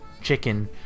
chicken